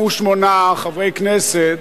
28 חברי כנסת,